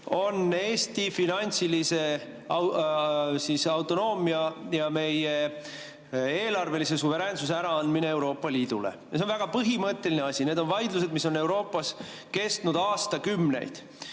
on Eesti finantsilise autonoomia ja meie eelarvelise suveräänsuse äraandmine Euroopa Liidule. See on väga põhimõtteline asi. Need vaidlused on Euroopas kestnud aastakümneid.